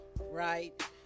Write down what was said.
right